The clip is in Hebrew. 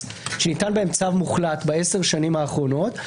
וניתן בהן צו מוחלט בעשר השנים האחרונות.